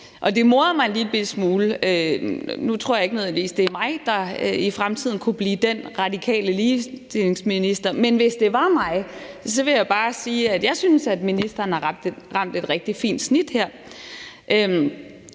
Det morede mig en lillebitte smule. Nu tror jeg ikke nødvendigvis, det er mig, der i fremtiden kunne blive den radikale ligestillingsminister, men hvis det var mig, vil jeg bare sige, at jeg synes, ministeren har ramt et rigtig fint snit her.